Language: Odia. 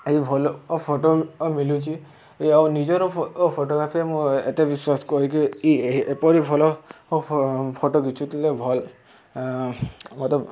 ଏଇ ଭଲ ଫଟୋ ମିଲୁଛି ଆଉ ନିଜର ଫଟୋଗ୍ରାଫିରେ ମୁଁ ଏତେ ବିଶ୍ୱାସ କରେ କି ଏପରି ଭଲ ଫଟୋ ଖିଚୁଥିଲେ ଭଲ ମୋତେ